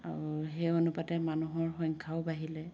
আৰু সেই অনুপাতে মানুহৰ সংখ্যাও বাঢ়িলে